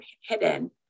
hidden